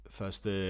første